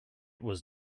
was